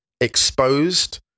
exposed